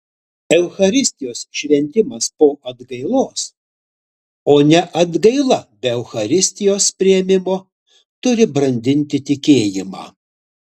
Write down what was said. eucharistijos šventimas po atgailos o ne atgaila be eucharistijos priėmimo turi brandinti tikėjimą